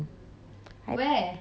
caverns they sell ice cream